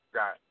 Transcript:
got